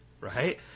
right